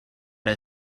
her